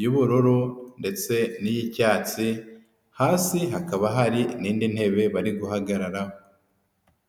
y'ubururu ndetse n'iy'icyatsi, hasi hakaba hari n'indi ntebe bari guhagararaho.